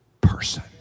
person